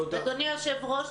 אדוני היושב ראש,